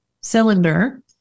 cylinder